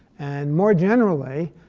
and more generally,